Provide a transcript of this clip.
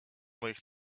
moich